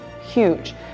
huge